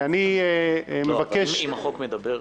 הנקודה ברורה.